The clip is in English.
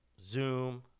Zoom